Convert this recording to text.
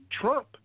Trump